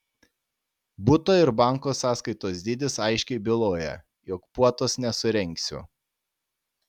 buto ir banko sąskaitos dydis aiškiai byloja jog puotos nesurengsiu